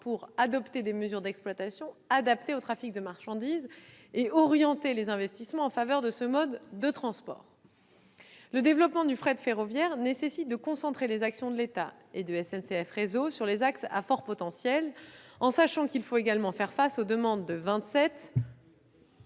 pour adopter des mesures d'exploitation adaptées au trafic de marchandises et orienter les investissements en faveur de ce mode de transport. Le développement du fret nécessite de concentrer les actions de l'État et de SNCF Réseau sur les axes à fort potentiel, en sachant qu'il faut également faire face aux demandes des